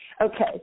Okay